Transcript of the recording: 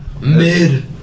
Mid